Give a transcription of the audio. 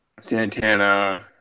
Santana